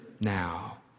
now